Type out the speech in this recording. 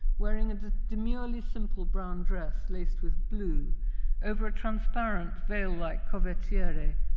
wearing a demurely simple brown dress laced with blue over a transparent veil-like covercierefastened